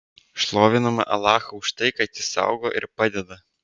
šloviname alachą už tai kad jis saugo ir padeda